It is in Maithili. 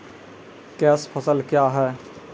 कैश फसल क्या हैं?